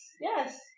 Yes